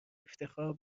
افتخار